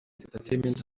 entertainement